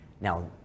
Now